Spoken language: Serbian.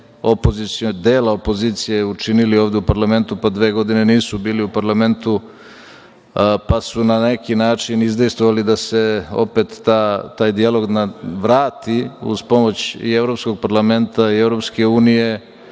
dela opozicije učinili ovde u parlamentu, pa dve godine nisu bili u parlamentu, pa su na neki način izdejstvovali da se opet taj dijalog vrati uz pomoć i Evropskog parlamenta i EU, prvo na